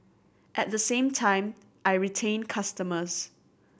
at the same time I retain customers